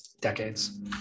decades